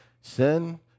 Sin